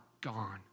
gone